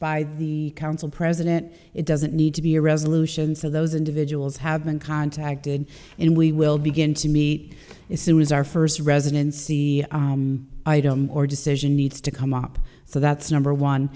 by the council president it doesn't need to be a resolution so those individuals have been contacted and we will begin to meet as soon as our first residency or decision needs to come up so that's number one